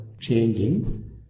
changing